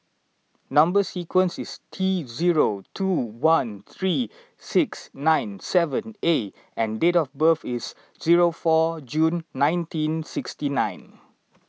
Number Sequence is T zero two one three six nine seven A and date of birth is zero four June nineteen sixty nine